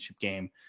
game